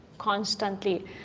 constantly